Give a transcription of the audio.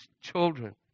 children